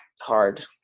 hard